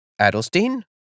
Adelstein